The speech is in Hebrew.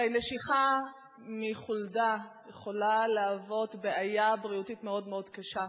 הרי נשיכה מחולדה יכולה להוות בעיה בריאותית מאוד מאוד קשה.